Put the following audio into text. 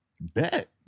Bet